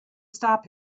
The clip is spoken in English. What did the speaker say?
stop